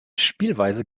spielweise